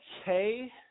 okay